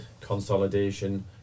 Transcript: consolidation